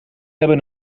hebben